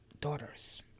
daughters